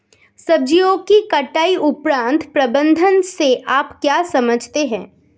सब्जियों की कटाई उपरांत प्रबंधन से आप क्या समझते हैं?